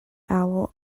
owl